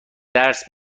درس